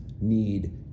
need